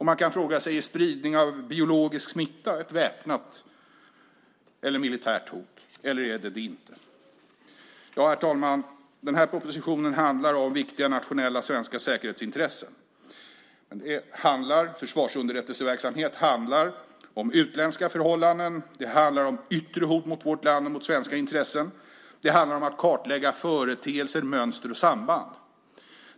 Man kan fråga sig om spridning av biologisk smitta är ett väpnat eller militärt hot, eller om det inte är det. Herr talman! Denna proposition handlar om viktiga och nationella svenska säkerhetsintressen. Försvarsunderrättelseverksamhet handlar om utländska förhållanden. Det handlar om yttre hot mot vårt land och mot svenska intressen. Det handlar om att kartlägga företeelser, mönster och samband.